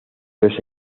los